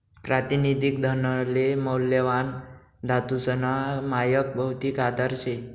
प्रातिनिधिक धनले मौल्यवान धातूसना मायक भौतिक आधार शे